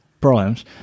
problems